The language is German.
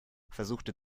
versuchte